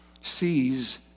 sees